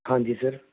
ਹਾਂਜੀ ਸਰ